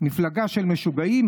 מפלגה של משוגעים?